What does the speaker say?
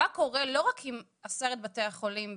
מה קורה לא רק עם עשרת בתי החולים בפריפריה,